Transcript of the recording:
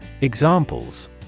Examples